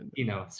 and you know,